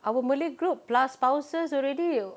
our malay group plus spouses already